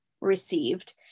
received